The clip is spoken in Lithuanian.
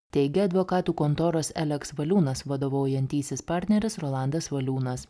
teigė advokatų kontoros eleks valiūnas vadovaujantysis partneris rolandas valiūnas